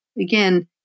Again